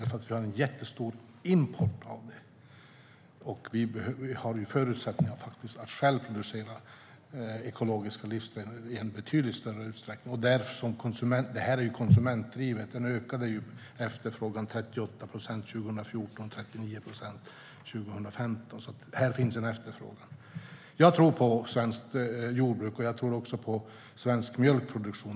Vi har nämligen en jättestor import av det, och vi har faktiskt förutsättningar att själva producera ekologiska livsmedel i betydligt större utsträckning. Detta är ju konsumentdrivet; efterfrågan ökade 38 procent 2014 och 39 procent 2015, så här finns en efterfrågan. Jag tror på svenskt jordbruk, och jag tror på svensk mjölkproduktion.